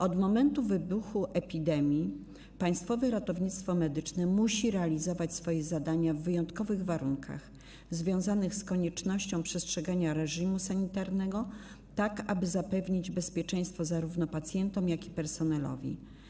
Od momentu wybuchu epidemii Państwowe Ratownictwo Medyczne musi realizować swoje zadania w wyjątkowych warunkach, związanych z koniecznością przestrzegania reżimu sanitarnego, tak aby zapewnić bezpieczeństwo zarówno pacjentom, jak i personelowi.